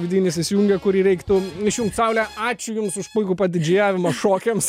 vidinis įsijungia kurį reiktų išjungt saule ačiū jums už puikų padidžėjavimą šokiams